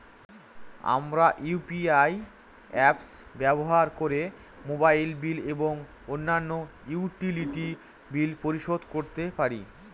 আমরা UPI apps ব্যবহার করে মোবাইল বিল এবং অন্যান্য ইউটিলিটি বিল পরিশোধ করতে পারি